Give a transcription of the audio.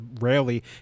rarely